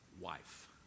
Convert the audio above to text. wife